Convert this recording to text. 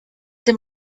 dem